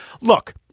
Look